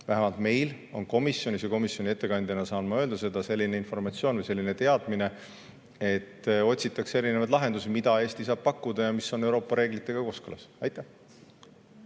vähemalt meil on komisjonis, komisjoni ettekandjana saan ma seda öelda, selline informatsioon või selline teadmine, et otsitakse erinevaid lahendusi, mida Eesti saab pakkuda, olles Euroopa reeglitega kooskõlas. Riho